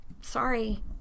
Sorry